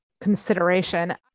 consideration